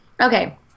Okay